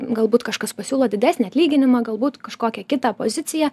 galbūt kažkas pasiūlo didesnį atlyginimą galbūt kažkokią kitą poziciją